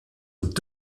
und